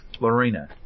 Lorena